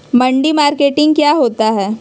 मंडी मार्केटिंग क्या होता है?